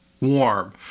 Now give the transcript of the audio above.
warm